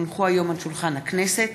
כי הונחו היום על שולחן הכנסת,